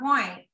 point